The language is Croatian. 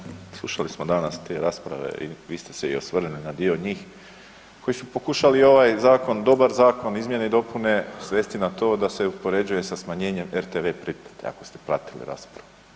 Kolega Deur, evo slušali smo danas te rasprave i vi ste se i osvrnuli na dio njih koji su pokušali ovaj zakon, dobar zakon, izmjene i dopune, svesti na to da se uspoređuje sa smanjenjem rtv pretplate ako ste pratili raspravu.